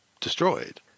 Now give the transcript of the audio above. destroyed